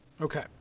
Okay